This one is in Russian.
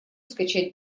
скачать